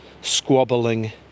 squabbling